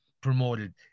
promoted